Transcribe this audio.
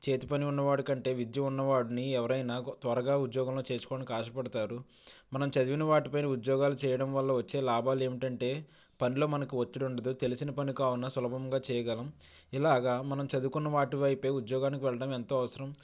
చేతి పని ఉన్నవాడు కంటే విద్య ఉన్నవాడిని ఎవరైనా త్వరగా ఉద్యోగంలో చేర్చుకోవడానికి ఆశపడతారు మనం చదివిన వాటిపైన ఉద్యోగాలు చేయడం వల్ల వచ్చే లాభాలు ఏమిటంటే పనిలో మనకు ఒత్తిడి ఉండదు తెలిసిన పని కావున సులభంగా చేయగలం ఇలాగా మనం చదువుకున్న వాటి వైపే ఉద్యోగానికి వెళ్ళటం ఎంతో అవసరం